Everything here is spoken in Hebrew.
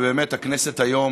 הכנסת היום